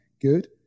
good